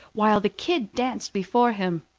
while the kid danced before him.